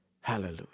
Hallelujah